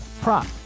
prop